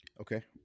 Okay